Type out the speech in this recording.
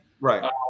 Right